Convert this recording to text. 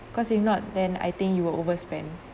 cause if not then I think you will overspend